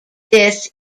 this